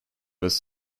was